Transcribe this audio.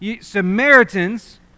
Samaritans